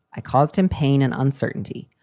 i caused him pain and uncertainty,